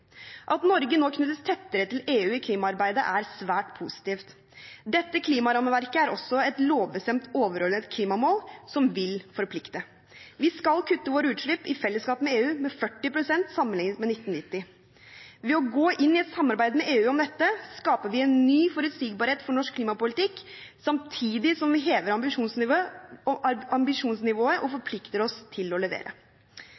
At Norge nå knyttes tettere til EU i klimaarbeidet, er svært positivt. Dette klimarammeverket er også et lovbestemt overordnet klimamål, som vil forplikte. Vi skal kutte våre utslipp, i fellesskap med EU, med 40 pst. sammenlignet med 1990. Ved å gå inn i et samarbeid med EU om dette skaper vi en ny forutsigbarhet for norsk klimapolitikk, samtidig som vi hever ambisjonsnivået og forplikter oss til å levere.